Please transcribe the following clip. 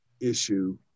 issue